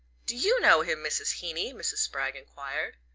do you know him, mrs. heeny? mrs. spragg enquired.